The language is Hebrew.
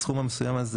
הסכום המסוים הזה